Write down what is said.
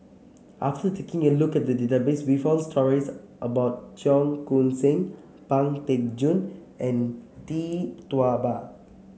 after taking a look at the database we found stories about Cheong Koon Seng Pang Teck Joon and Tee Tua Ba